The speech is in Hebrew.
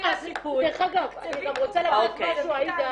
אני רוצה להגיד משהו, עאידה,